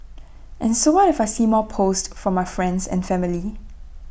and so what if I see more posts from friends and family